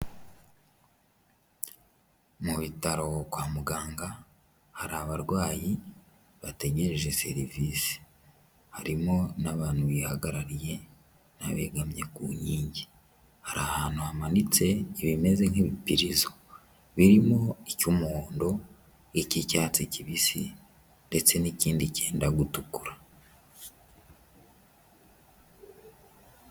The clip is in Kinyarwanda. Mu bitaro kwa muganga hari abarwayi bategereje serivisi. Harimo n'abantu bihagarariye n'abegamye ku nkingi. Hari ahantu hamanitse ibimeze nk'ibipirizo birimo icy'umuhondo, icy'icyatsi kibisi ndetse n'ikindi cyenda gutukura.